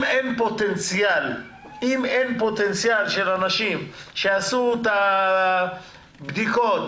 אם אין פוטנציאל של אנשים שיעשו את הבדיקות